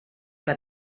que